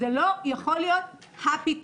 זה לא יכול להיות הפתרון,